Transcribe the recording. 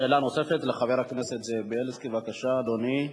שאלה נוספת לחבר הכנסת זאב בילסקי, בבקשה, אדוני,